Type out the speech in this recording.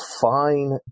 fine